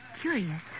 curious